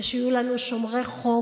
ושיהיו לנו שומרי חוק,